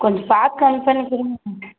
கொஞ்சம் பார்த்து கம்மி பண்ணிக் கொடுங்க